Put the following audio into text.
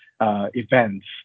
events